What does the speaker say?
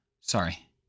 Sorry